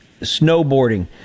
snowboarding